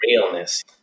realness